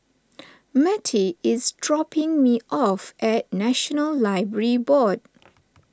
Mattye is dropping me off at National Library Board